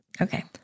Okay